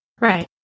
Right